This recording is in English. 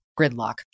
gridlock